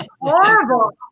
horrible